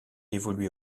évoluait